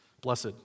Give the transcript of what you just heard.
Blessed